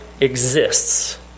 exists